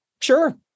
sure